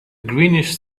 greenish